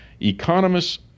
Economists